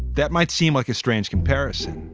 that might seem like a strange comparison.